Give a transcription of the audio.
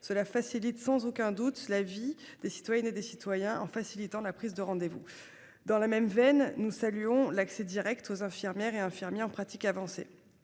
Cela facilite sans aucun doute la vie des citoyennes et des citoyens en facilitant la prise de rendez-vous dans la même veine, nous saluons l'accès Direct aux infirmières et infirmiers en pratique avancée.